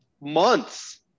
months